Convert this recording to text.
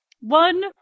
One